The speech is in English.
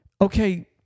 okay